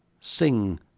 Sing